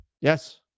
Yes